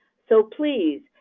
so please,